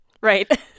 Right